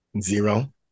Zero